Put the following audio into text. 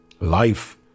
life